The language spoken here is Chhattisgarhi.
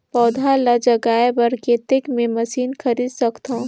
पौधा ल जगाय बर कतेक मे मशीन खरीद सकथव?